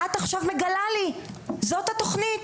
את עכשיו מגלה לי, זאת התוכנית.